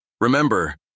Remember